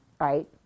right